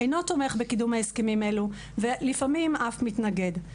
אינו תומך בקידום ההסכמים האלו ולפעמים אף מתנגד.